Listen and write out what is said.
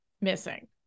missing